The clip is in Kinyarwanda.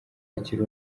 hakiri